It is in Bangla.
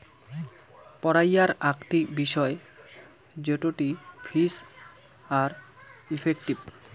পড়াইয়ার আকটি বিষয় জেটটি ফিজ আর ইফেক্টিভ